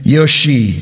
Yoshi